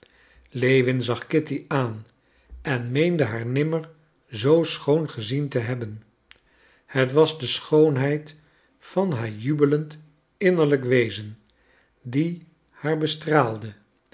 lewin zag kitty aan en meende haar nimmer zoo schoon gezien te hebben het was de schoonheid van haar jubelend innerlijk wezen die haar bestraalde